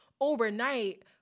overnight